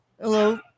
Hello